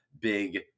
big